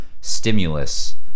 stimulus